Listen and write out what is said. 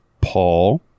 paul